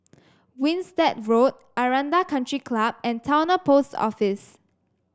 Winstedt Road Aranda Country Club and Towner Post Office